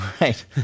right